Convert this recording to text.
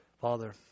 Father